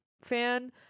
fan